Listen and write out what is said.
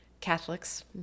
Catholics